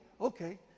okay